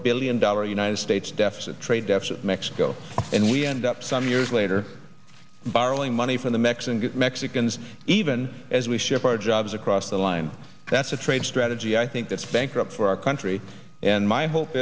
billion dollar united states deficit trade deficit mexico and we end up some years later borrowing money from the mexican mexicans even as we ship our jobs across the line that's a trade strategy i think that's bankrupt for our country and my hope